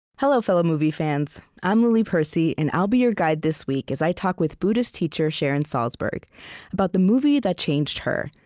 hello, fellow movie fans. i'm lily percy, and i'll be your guide this week as i talk with buddhist teacher sharon salzberg about the movie that changed her,